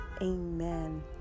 amen